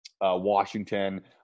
Washington